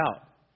out